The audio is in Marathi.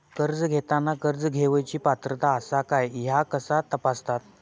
कर्ज घेताना कर्ज घेवची पात्रता आसा काय ह्या कसा तपासतात?